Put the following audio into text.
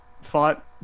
fought